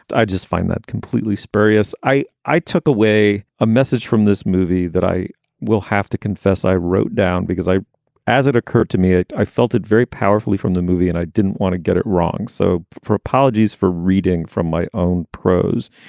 i just find that completely spurious. i i took away a message from this movie that i will have to confess. i wrote down because i as it occurred to me that i felt it very powerfully from the movie and i didn't want to get it wrong. so apologies for reading from my own prose,